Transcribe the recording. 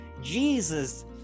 Jesus